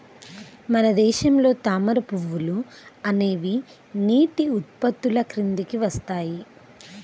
మన దేశంలో తామర పువ్వులు అనేవి నీటి ఉత్పత్తుల కిందికి వస్తాయి